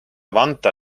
vantaa